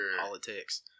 politics